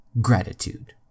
gratitude